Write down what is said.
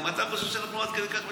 גם אתה חושב שאנחנו עד כדי כך מטומטמים?